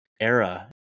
era